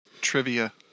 Trivia